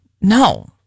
No